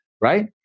right